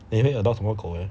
你会 adopt 什么狗